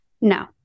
no